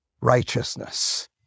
righteousness